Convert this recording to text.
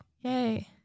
Yay